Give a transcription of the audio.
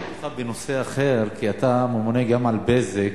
אשאל אותך בנושא אחר, כי אתה ממונה גם על "בזק".